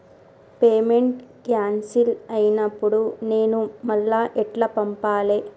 Payment cancel అయినపుడు నేను మళ్ళా ఎట్ల పంపాలే?